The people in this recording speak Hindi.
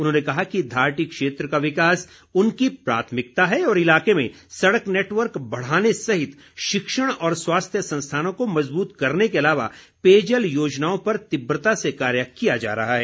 उन्होंने कहा कि धारटी क्षेत्र का विकास उनकी प्राथमिकता है और इलाके में सड़क नेटवर्क बढ़ाने सहित शिक्षण और स्वास्थ्य संस्थानों को मज़बूत करने के अलावा पेयजल योजनाओं पर तीव्रता से कार्य किया जा रहा है